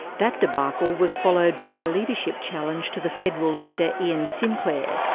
that debacle was followed by a leadership challenge to the federal leader, ian sinclair,